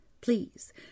please